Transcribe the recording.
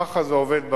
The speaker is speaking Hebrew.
ככה זה עובד בעולם.